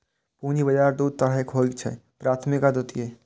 पूंजी बाजार दू तरहक होइ छैक, प्राथमिक आ द्वितीयक